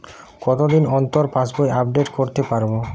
কতদিন অন্তর পাশবই আপডেট করতে পারব?